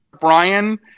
Brian